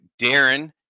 Darren